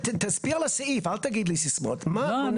תסביר על הסעיף, אל תגיד לי סיסמאות, מה מונע ממך?